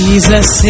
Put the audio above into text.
Jesus